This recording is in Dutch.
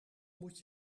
moet